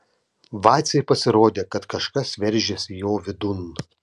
vacei pasirodė kad kažkas veržiasi jo vidun